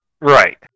Right